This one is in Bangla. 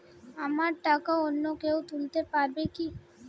আমার টাকা অন্য কেউ তুলতে পারবে কি?